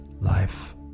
life